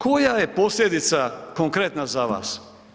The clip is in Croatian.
Koja je posljedica, konkretna za vas?